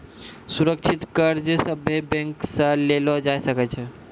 सुरक्षित कर्ज सभे बैंक से लेलो जाय सकै छै